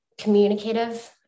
communicative